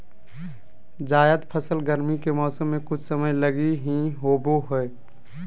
जायद फसल गरमी के मौसम मे कुछ समय लगी ही होवो हय